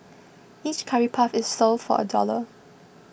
each curry puff is sold for a dollar